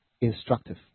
instructive